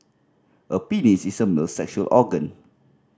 a penis is a male's sexual organ